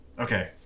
Okay